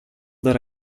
that